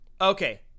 Okay